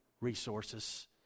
resources